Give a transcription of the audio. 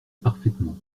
parfaitement